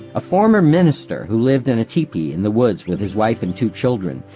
a former minister who lived in a tepee in the woods with his wife and two children,